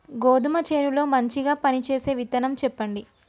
గోధుమ చేను లో మంచిగా పనిచేసే విత్తనం చెప్పండి?